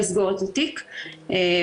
יש לזה משמעויות ואנחנו מנסים לראות מה הן,